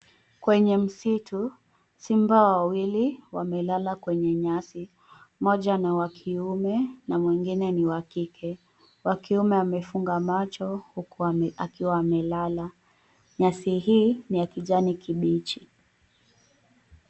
Kwenye msitu simba wawili wamelala kwenye nyasi, moja ni wa kiume na mwingine ni wa kike. Wakiume amefunga macho huku akiwa amelala nyasi hii ni ya kijani kibichi.